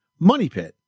MONEYPIT